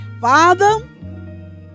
Father